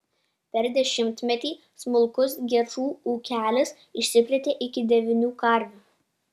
per dešimtmetį smulkus gečų ūkelis išsiplėtė iki devynių karvių